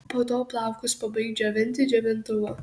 po to plaukus pabaik džiovinti džiovintuvu